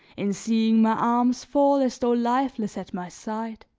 in seeing my arms fall as though lifeless at my side!